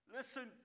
Listen